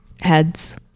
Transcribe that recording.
heads